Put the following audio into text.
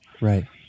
Right